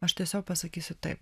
aš tiesiog pasakysiu taip